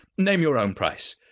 name your own price.